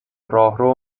راهرو